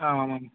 आमामाम्